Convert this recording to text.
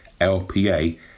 lpa